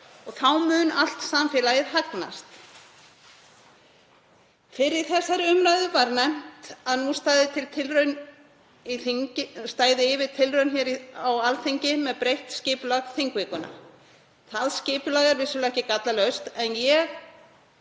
Þá mun allt samfélagið hagnast. Fyrr í þessari umræðu var nefnt að nú stæði yfir tilraun á Alþingi með breytt skipulag þingvikunnar. Það skipulag er vissulega ekki gallalaust en ég